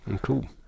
cool